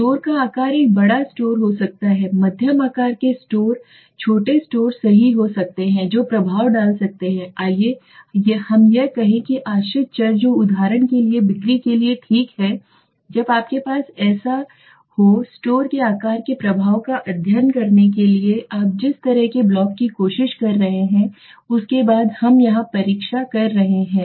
store का आकार एक बड़ा स्टोर हो सकता है मध्यम आकार के स्टोर छोटे स्टोर सही हो सकते हैं जो प्रभाव डाल सकते हैं आइए हम यह कहें कि आश्रित चर जो उदाहरण के लिए बिक्री के लिए ठीक है जब आपके पास ऐसा हो स्टोर के आकार के प्रभाव का अध्ययन करने के लिए आप जिस तरह के ब्लॉक की कोशिश कर रहे हैं उसके बाद हम यहाँ परीक्षा कर रहे हैं